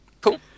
cool